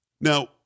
Now